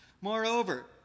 Moreover